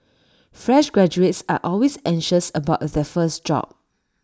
fresh graduates are always anxious about their first job